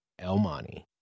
Elmani